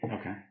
Okay